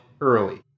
early